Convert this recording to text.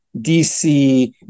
DC